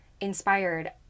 inspired